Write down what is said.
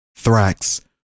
Thrax